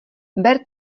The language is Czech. ber